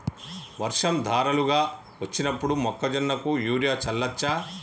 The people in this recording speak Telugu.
వర్షం ధారలుగా వచ్చినప్పుడు మొక్కజొన్న కు యూరియా చల్లచ్చా?